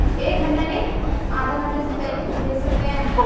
ایک گھنٹہ نہیں آدھا گھنٹہ سے پہلے بھیج سکتے ہیں